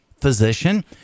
physician